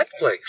Netflix